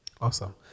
awesome